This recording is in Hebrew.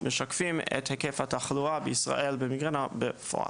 משקפים את היקף התחלואה בישראל במיגרנה ברפואה.